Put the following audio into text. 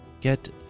get